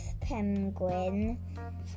Penguin